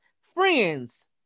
friends